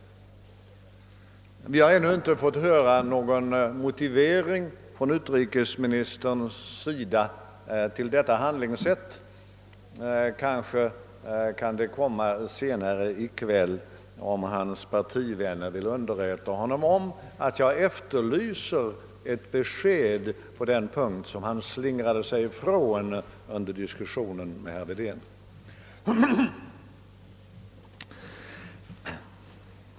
Vi har ännu inte fått någon motivering till detta handlingssätt från utrikesministern. Måhända kan en sådan lämnas senare i kväll, om utrikesministerns partivänner vill underrätta honom om att jag efterlyser ett besked på denna punkt, som han slingrade sig ifrån under diskussionen med herr Wedén.